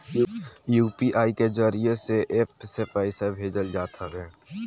UPI के जरिया से एप्प से पईसा भेजल जात हवे